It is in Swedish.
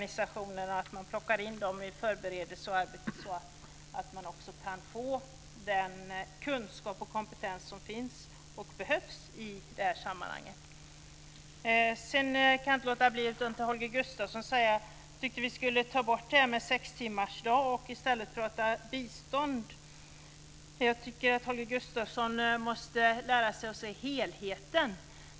Det är dags att man plockar in dem i förberedelsearbetet så att man kan få den kunskap och kompetens som finns och behövs i det här sammanhanget. Sedan kan jag inte låta bli att säga något till Holger Gustafsson som tyckte att vi skulle ta bort det här med sextimmarsdag och i stället prata bistånd. Jag tycker att Holger Gustafsson måste lära sig att se helheten.